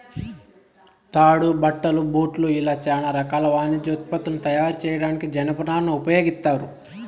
తాడు, బట్టలు, బూట్లు ఇలా చానా రకాల వాణిజ్య ఉత్పత్తులను తయారు చేయడానికి జనపనారను ఉపయోగిత్తారు